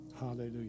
hallelujah